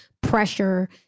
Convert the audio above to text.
pressure